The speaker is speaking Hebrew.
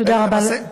תודה רבה.